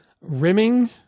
rimming